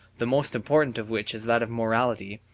the most important of which is that of morality,